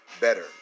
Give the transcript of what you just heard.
better